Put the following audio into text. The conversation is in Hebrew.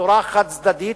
בצורה חד-צדדית.